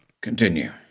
continue